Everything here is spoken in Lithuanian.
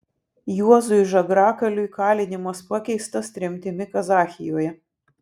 juozui žagrakaliui kalinimas pakeistas tremtimi kazachijoje